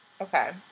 Okay